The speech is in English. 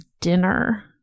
dinner